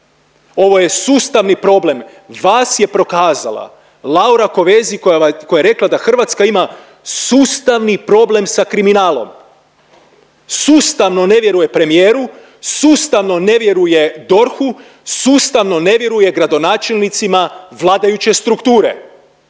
Ovo je sustavni problem. Vas je prokazala Laura Kovesi koja je rekla da Hrvatska ima sustavni problem sa kriminalom, sustavno ne vjeruje premijeru, sustavno ne vjeruje DORH-u, sustavno ne vjeruje gradonačelnicima vladajuće strukture.